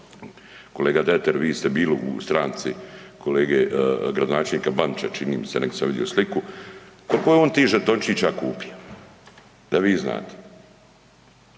kolega … vi ste bili u stranci gradonačelnika Bandića čini mi se negdje sam vidio sliku, koliko je on tih žetončića kupio, da vi znate.